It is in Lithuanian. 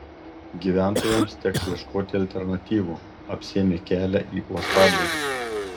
gyventojams teks ieškoti alternatyvų apsėmė kelią į uostadvarį